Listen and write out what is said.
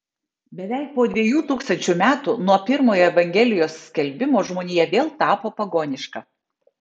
beveik po dviejų tūkstančių metų nuo pirmojo evangelijos skelbimo žmonija vėl tapo pagoniška